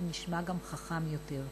הוא נשמע גם חכם יותר.